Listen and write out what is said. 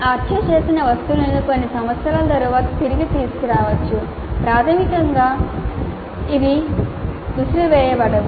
archive చేసిన వస్తువులను కొన్ని సంవత్సరాల తరువాత తిరిగి తీసుకురావచ్చు ప్రాథమికంగా అవి విసిరివేయబడవు